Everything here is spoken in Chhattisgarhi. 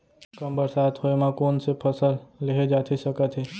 कम बरसात होए मा कौन से फसल लेहे जाथे सकत हे?